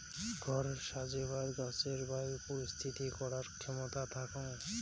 ঘর সাজেবার গছের বায়ু পরিশ্রুতি করার ক্ষেমতা থাকং